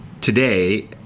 Today